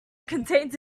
contains